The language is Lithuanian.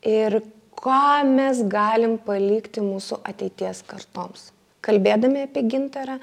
ir ką mes galim palikti mūsų ateities kartoms kalbėdami apie gintarą